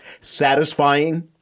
satisfying